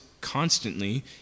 constantly